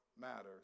matters